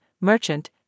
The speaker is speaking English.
merchant